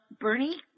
Bernie